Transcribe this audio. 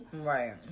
Right